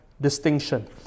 distinction